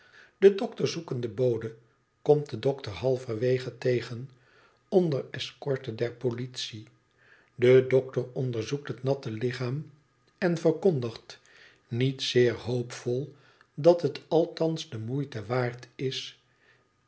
de dokter zoekende bode komt den dokter halverwege tegen onder escorte der politie de dokter onderzoekt het natte lichaam en verkondigt niet zeer hoopvol dat het althans de moeite waard is